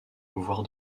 voire